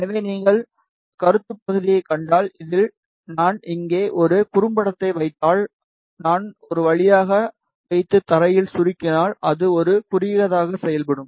எனவே நீங்கள் கருத்துப் பகுதியைக் கண்டால் இதில் நான் இங்கே ஒரு குறும்படத்தை வைத்தால் நான் ஒரு வழியாக வைத்து தரையில் சுருக்கினால் அது ஒரு குறுகியதாக செயல்படும்